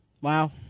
Wow